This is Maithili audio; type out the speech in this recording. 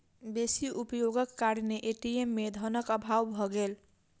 बेसी उपयोगक कारणेँ ए.टी.एम में धनक अभाव भ गेल